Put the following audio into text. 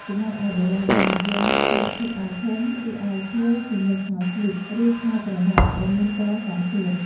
ចំណែកឯបុរសវិញ និយមស្លៀកឈុតអាវធំ ឬអាវធាវជាមួយខោស្លីប ឬខោក្រណាត់ ដែលមានពណ៌សមសួន។